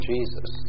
Jesus